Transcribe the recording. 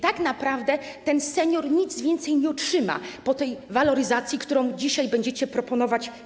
Tak naprawdę ten senior nic więcej nie otrzyma po tej waloryzacji, którą dzisiaj za chwilę będziecie proponować.